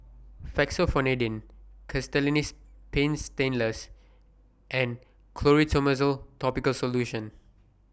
Fexofenadine Castellani's Paint Stainless and Clotrimozole Topical Solution